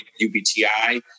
UBTI